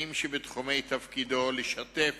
לעניינים שבתחומי תפקידו, לשתף